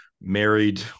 married